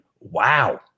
Wow